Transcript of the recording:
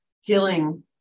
healing